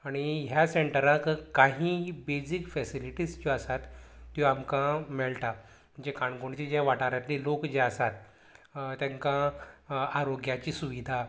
आनी ह्या सेंटराक काही बेजीक फेसिलिटीस ज्यो आसात त्यो आमकां मेळटा जें काणकोणचें जें वाठारातली लोक जे आसात तेंकां आरोग्याची सुविधा